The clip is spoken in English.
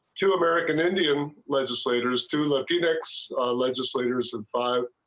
two american indian legislators to looking next legislators and fire.